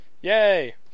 Yay